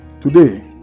today